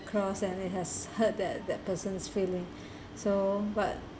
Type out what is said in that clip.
across and it has hurt that that person's feeling so but